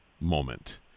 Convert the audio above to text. moment